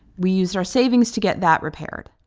we used our savings to get that repaired.